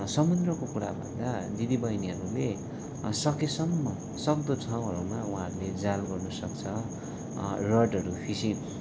समुद्रको कुरा भन्दा दिदी बहिनीहरूले सकेसम्म सक्दो ठाउँहरूमा उहाँहरूले जाल गर्नु सक्छ रडहरू फिसिङ